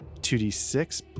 2d6